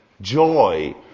Joy